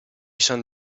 san